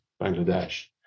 Bangladesh